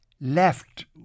left